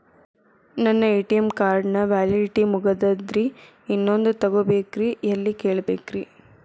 ನನ್ನ ATM card ನ validity ಮುಗದದ್ರಿ ಇನ್ನೊಂದು ತೊಗೊಬೇಕ್ರಿ ಎಲ್ಲಿ ಕೇಳಬೇಕ್ರಿ?